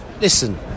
listen